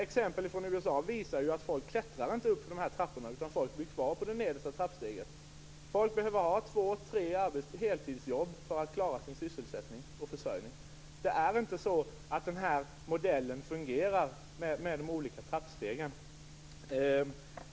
Exempel från USA visar dock att folk inte klättrar uppåt i de här trapporna utan blir kvar på det nedersta trappsteget. Man behöver ha två, tre heltidsjobb för att klara sin försörjning. Modellen med de här trappstegen fungerar inte.